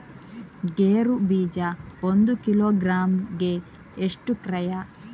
ಗೇರು ಬೀಜ ಒಂದು ಕಿಲೋಗ್ರಾಂ ಗೆ ಎಷ್ಟು ಕ್ರಯ?